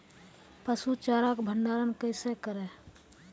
पसु चारा का भंडारण कैसे करें?